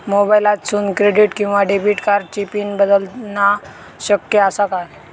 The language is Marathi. मोबाईलातसून क्रेडिट किवा डेबिट कार्डची पिन बदलना शक्य आसा काय?